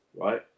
right